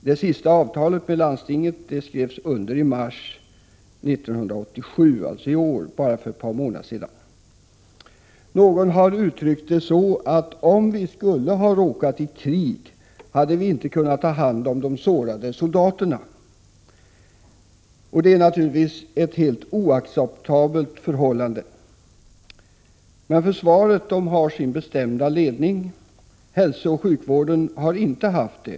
Det senaste avtalet med landstinget skrevs under i mars 1987 — bara för ett par månader sedan. Någon har uttryckt det så att om vi skulle ha råkat i krig, hade vi inte kunnat ta hand om de sårade soldaterna. Det är naturligtvis ett helt oacceptabelt förhållande. Försvaret har emellertid sin bestämda ledning, medan hälsooch sjukvården inte har haft det.